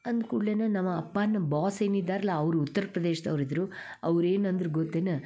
ಅಂದ ಕೂಡ್ಲೆ ನಮ್ಮ ಅಪ್ಪನ ಬಾಸ್ ಏನಿದ್ದಾರಲ್ಲ ಅವರು ಉತ್ತರ ಪ್ರದೇಶ್ದವ್ರು ಇದ್ದರು ಅವ್ರೇನು ಅಂದ್ರು ಗೊತ್ತೇನು